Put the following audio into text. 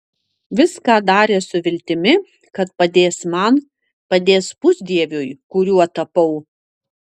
viską darė su viltimi kad padės man padės pusdieviui kuriuo tapau